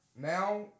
Now